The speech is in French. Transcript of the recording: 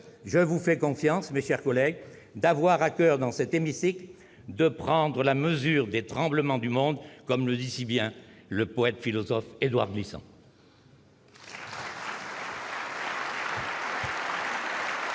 Je vous fais confiance, mes chers collègues, pour avoir à coeur, dans cet hémicycle, de « prendre la mesure des tremblements du monde », comme le dit si bien le poète-philosophe Édouard Glissant